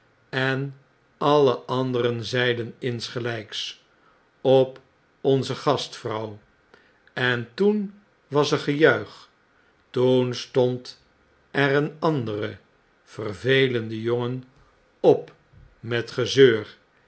en alle anderen zeiden insgelyks op onze gastvrouw en toen was er gejuich toen stond er een andere vervelende jongen op met gezeur